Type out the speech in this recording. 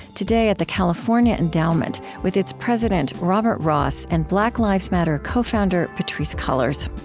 today, at the california endowment with its president robert ross and black lives matter co-founder patrisse cullors.